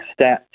stats